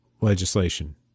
legislation